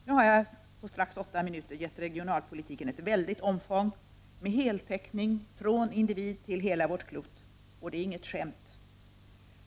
Nu har jag på strax åtta minuter gett regionalpolitiken ett väldigt omfång, med heltäckning från individ till hela vårt klot — och det är inget skämt.